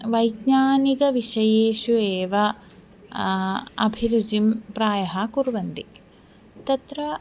वैज्ञानिकविषयेषु एव अभिरुचिं प्रायः कुर्वन्ति तत्र